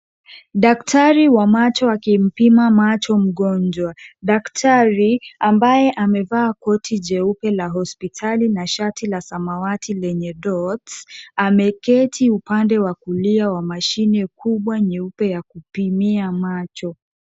Daktari wa macho akimpima macho mgonjwa. Daktari ambaye amevaa koti jeupe la hospitali na shati la samawati lenye dots , ameketi upande wa kulia wa mashine kubwa nyeupe ya kupimia macho.